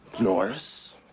Norris